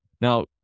Now